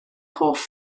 hoff